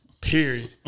period